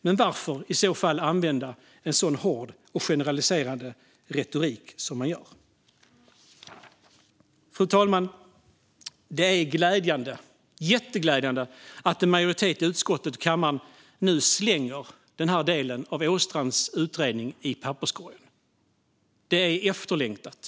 Men varför i så fall använda en så hård och generaliserande retorik som man gör? Fru talman! Det är glädjande - jätteglädjande - att en majoritet i utskottet och kammaren nu slänger denna del av Åstrands utredning i papperskorgen. Det är efterlängtat.